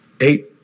eight